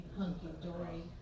hunky-dory